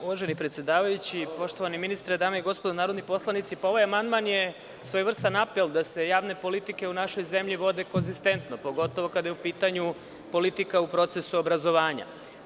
Uvaženi predsedavajući, poštovani ministre, dame i gospodo narodni poslanici, ovaj amandman je svojevrstan apel da se javne politike u našoj zemlji vode konzistentno, pogotovo kada je u pitanju politika u procesu obrazovanja.